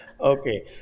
Okay